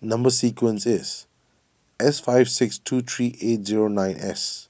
Number Sequence is S five six two three eight zero nine S